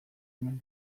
omen